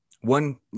One